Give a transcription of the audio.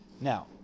Now